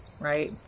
right